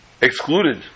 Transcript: excluded